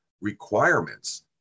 requirements